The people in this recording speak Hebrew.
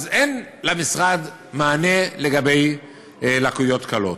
אז אין למשרד מענה לגבי לקויות קלות.